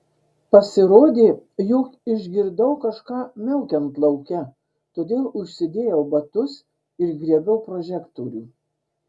pasirodė jog išgirdau kažką miaukiant lauke todėl užsidėjau batus ir griebiau prožektorių